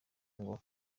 ngo